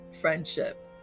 friendship